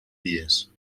vies